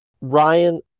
ryan